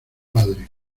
padre